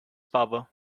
power